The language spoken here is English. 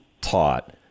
taught